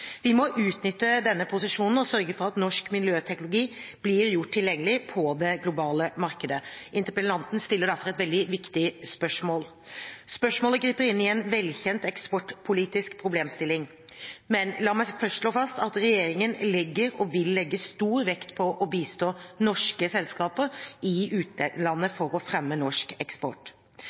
Vi må utnytte denne posisjonen og sørge for at norsk miljøteknologi blir gjort tilgjengelig på det globale markedet. Interpellanten stiller derfor et veldig viktig spørsmål. Spørsmålet griper inn i en velkjent eksportpolitisk problemstilling, men la meg først slå fast at regjeringen legger, og vil legge, stor vekt på å bistå norske selskaper i utlandet for å fremme norsk eksport.